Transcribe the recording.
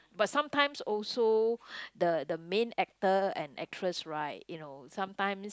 but sometimes also the the main actor and actress right you know sometimes